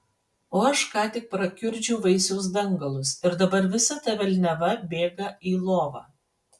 o aš ką tik prakiurdžiau vaisiaus dangalus ir dabar visa ta velniava bėga į lovą